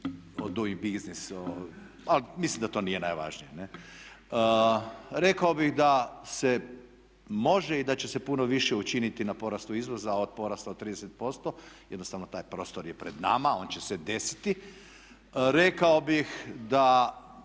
o duing biznis, ali mislim da to nije najvažnije. Ne? Rekao bih da se može i da će se puno više učiniti na porastu izvoza od porasta od 30%. Jednostavno taj prostor je pred nama, on će se desiti. Rekao bih da